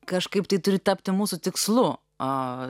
kažkaip tai turi tapti mūsų tikslu o